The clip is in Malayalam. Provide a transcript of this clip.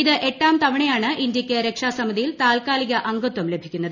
ഇത് എട്ടാം തവണയാണ് ഇന്ത്യയ്ക്ക് രക്ഷാസമിതിയിൽ താൽക്കാലിക അംഗത്വം ലഭിക്കുന്നത്